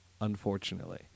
unfortunately